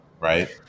Right